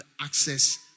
access